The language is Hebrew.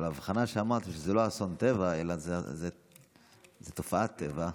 אבל ההבחנה שאמרת, שזה לא אסון טבע אלא תופעת טבע,